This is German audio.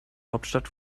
hauptstadt